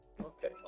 Okay